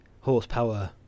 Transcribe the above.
horsepower